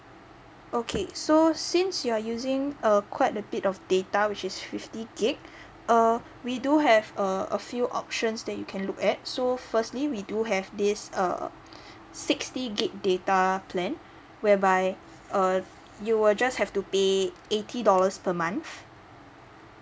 okay so since you're using uh quite a bit of data which is fifty gig uh we do have a a few options that you can look at so firstly we do have this err sixty gig data plan whereby uh you will just have to pay eighty dollars per month